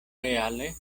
reale